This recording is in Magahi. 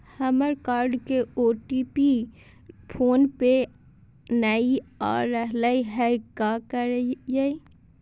हमर कार्ड के ओ.टी.पी फोन पे नई आ रहलई हई, का करयई?